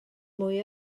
mwy